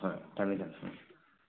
ꯍꯣꯏ ꯊꯝꯃꯦ ꯊꯝꯃꯦ ꯎꯝ